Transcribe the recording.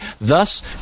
Thus